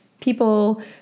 people